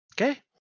Okay